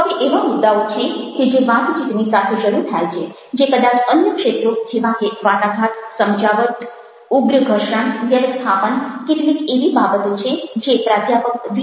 હવે એવા મુદ્દાઓ છે કે જે વાતચીતની સાથે શરૂ થાય છે જે કદાચ અન્ય ક્ષેત્રો જેવા કે વાટાઘાટ સમજાવટ ઉગ્ર ઘર્ષણ વ્યવસ્થાપન કેટલીક એવી બાબતો છે જે પ્રાધ્યાપક વી